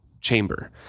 chamber